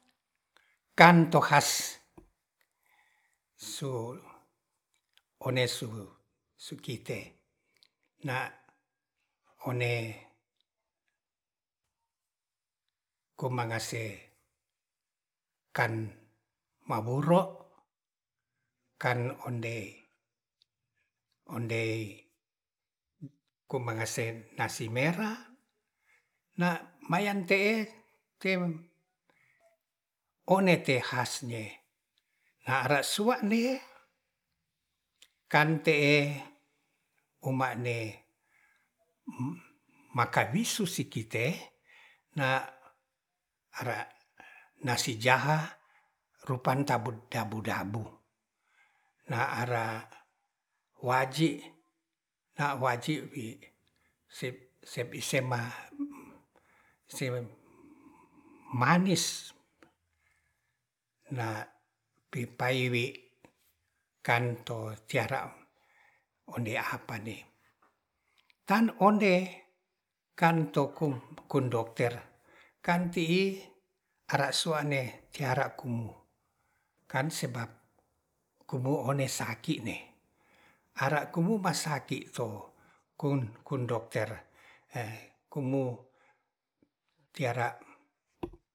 Kan to has su one su su kite na one komangase kan mawuro kan ondei-ondei ku mangase nasi merah na mayan te'e te one te has ne are sua'nie kan te'e omane makanisu si kite na ara nasi jaha rupan tabut dabu-dabu na ara waji na waji sipi-sema se manis na pipaiwi kan to ciara ondei apane tan ondei kan to kum kun dokter kan ti'i ara sua'ne tiara ku kan sebab kumu one saki ne ara kumu ma saki to kun-kundokter kumu tiara